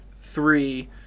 three